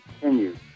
continue